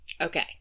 Okay